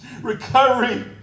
Recovery